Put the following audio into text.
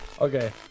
Okay